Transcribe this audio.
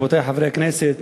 רבותי חברי הכנסת,